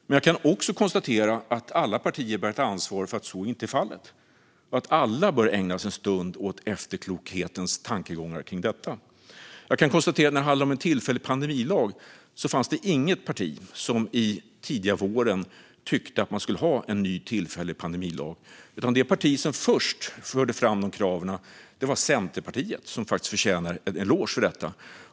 Men jag kan också konstatera att alla partier bär ett ansvar för att så inte är fallet, och alla bör ägna en stund till efterkloka tankegångar kring detta. Det fanns inget parti som under den tidiga våren tyckte att man skulle ha en ny, tillfällig pandemilag. Det parti som först förde fram det kravet var Centerpartiet, som förtjänar en eloge för detta.